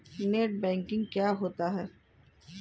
Net banking क्या होता है?